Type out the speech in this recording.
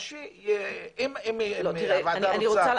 אז אם הוועדה רוצה,